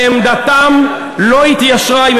זה היה מאוחר מדי,